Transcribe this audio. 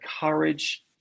courage